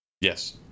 Yes